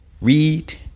read